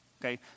Okay